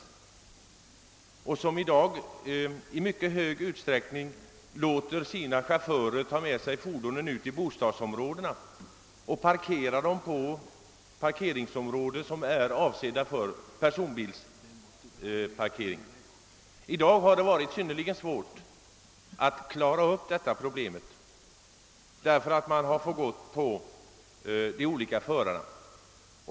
Nu låter lastbilägarna i mycket stor utsträckning sina chaufförer ta med sig fordonen ut i bostadsområdena för att parkera dem på parkeringsområden som är avsedda för personbilsparkering. Det har varit synnerligen svårt att klara upp detta problem därför att man har fått gå till de olika förarna.